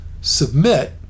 submit